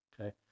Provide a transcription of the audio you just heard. Okay